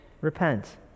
Repent